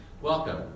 Welcome